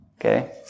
okay